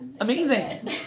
Amazing